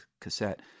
cassette